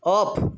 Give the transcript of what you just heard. of